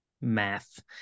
math